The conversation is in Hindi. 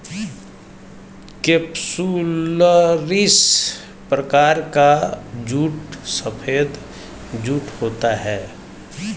केपसुलरिस प्रकार का जूट सफेद जूट होता है